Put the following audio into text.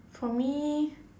for me